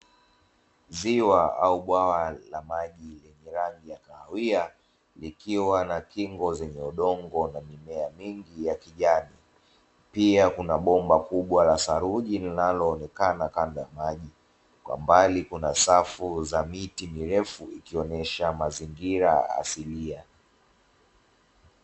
Ziwa au bwawa la maji lenye rangi ya kahawia ikiwa na kingo zenye udongo na mimea mingi ya kijani, pia kuna bomba kubwa la saruji linaloonekana kwamba maji kwa mbali kuna safu za miti virefu ikionyesha mazingira asilia.